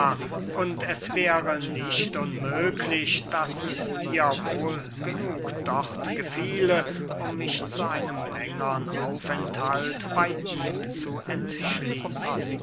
und es wäre nicht unmöglich daß es mir wohl genug dort gefiele um mich zu einem längern aufenthalt bey ihm zu entschließen